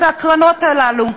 את הקרנות הללו.